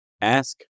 ask